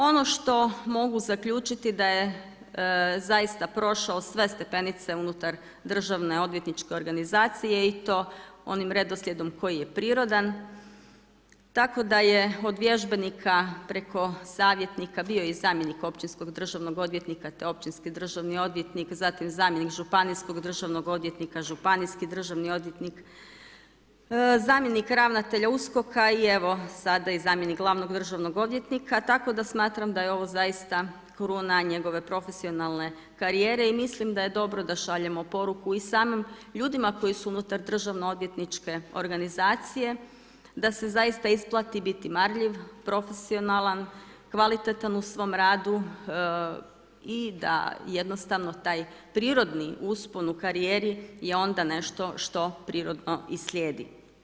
Ono što mogu zaključiti da je zaista prošao sve stepenice unutar državne odvjetničke organizacije i to onim redoslijedom koji je prirodan, tako da je od vježbenika preko savjetnika bio i zamjenik Općinskog državnog odvjetnika, te općinski državni odvjetnik, zatim zamjenik županijskog državnog odvjetnika, županijski državni odvjetnik, zamjenik ravnatelja USKOK-a i evo sada i zamjenik glavnog državnog odvjetnika, tako da smatram da je ovo zaista kruna njegove profesionalne karijere i mislim da je dobro da šaljemo poruku i samim ljudima koji su unutar državno-odvjetničke organizacije, da se zaista isplati biti marljiv, profesionalan, kvalitetan u svom radu i da jednostavno taj prirodni uspon u karijeri je onda nešto što prirodno i slijedi.